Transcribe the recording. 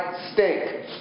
stink